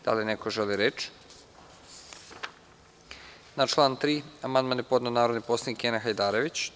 Da li neko želi reč? (Ne) Na član 3. amandman je podneo narodni poslanik Kenan Hajdarević.